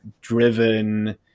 driven